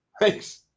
Thanks